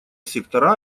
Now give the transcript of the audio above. сектора